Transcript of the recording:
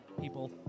people